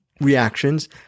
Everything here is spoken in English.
reactions